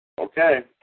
Okay